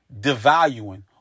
devaluing